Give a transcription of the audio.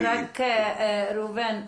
ראובן,